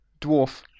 Dwarf